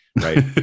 right